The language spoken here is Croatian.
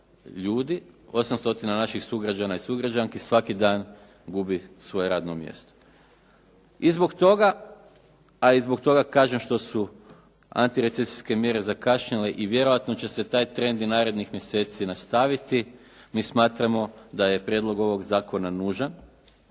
ljudi, 8 stotina naših sugrađana i sugrađanki svaki dan gubi svoje radno mjesto. I zbog toga a i zbog toga kažem što su antirecesijske mjere zakašnjele i vjerojatno će se taj trend i narednih mjeseci nastaviti mi smatramo da je prijedlog ovog zakona nužan